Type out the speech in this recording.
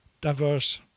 diverse